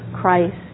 Christ